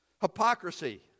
Hypocrisy